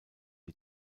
die